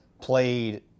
played